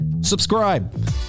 subscribe